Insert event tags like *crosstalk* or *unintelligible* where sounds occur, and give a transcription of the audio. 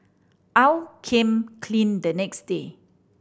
*unintelligible* aw came clean the next day